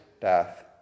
death